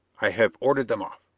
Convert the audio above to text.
i have ordered them off.